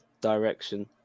direction